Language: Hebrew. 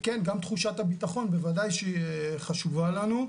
וכן, גם תחושת הביטחון בוודאי שהיא חשובה לנו.